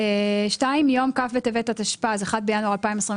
(2) מיום כ' בטבת התשפ"ז (1 בינואר 2027)